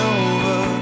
over